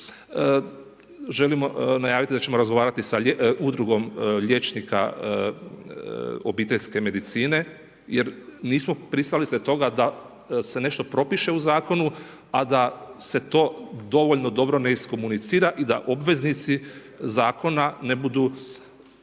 Želimo najaviti da ćemo razgovarati sa Udrugom liječnika obiteljske medicine jer nismo pristalice toga da se nešto propiše u zakonu a da se to dovoljno dobro ne iskomunicira i da obveznici zakona ne budu